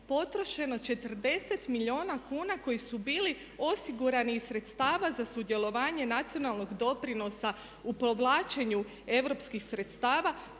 potrošeno 40 milijuna kuna koji su bili osigurani iz sredstava za sudjelovanje nacionalnog doprinosa u povlačenju europskih sredstva